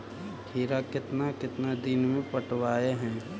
खिरा केतना केतना दिन में पटैबए है?